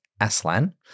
Aslan